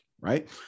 Right